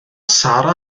sara